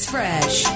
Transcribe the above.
Fresh